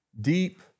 Deep